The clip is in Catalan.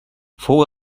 fou